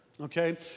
okay